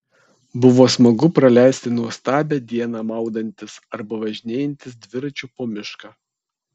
buvo smagu praleisti nuostabią dieną maudantis arba važinėjantis dviračiu po mišką